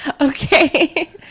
Okay